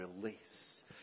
release